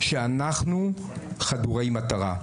שאנחנו חדורי מטרה.